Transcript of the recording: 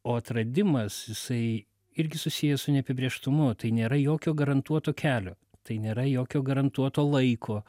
o atradimas jisai irgi susijęs su neapibrėžtumu tai nėra jokio garantuoto kelio tai nėra jokio garantuoto laiko